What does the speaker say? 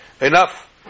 Enough